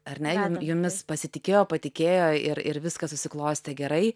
ar ne jum jumis pasitikėjo patikėjo ir ir viskas susiklostė gerai